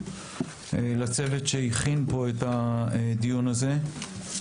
לצוות שהכין את הדיון הזה.